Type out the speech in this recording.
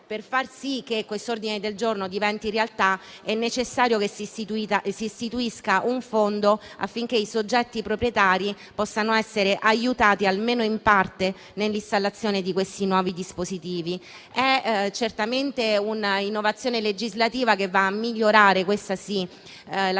per far sì che questo ordine del giorno diventi realtà, è necessario istituire un fondo affinché i soggetti proprietari possano essere aiutati, almeno in parte, nell'installazione di questi nuovi dispositivi. È certamente un'innovazione legislativa che va a migliorare, questa